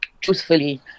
truthfully